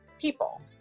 people